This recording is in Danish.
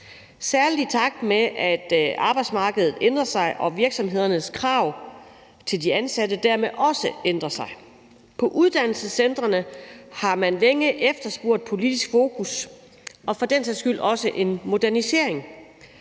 særlig i takt med at arbejdsmarkedet ændrer sig og virksomhedernes krav til de ansatte dermed også ændrer sig. På uddannelsescentrene har man længe efterspurgt politisk fokus og for den sags skyld også en modernisering.